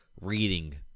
reading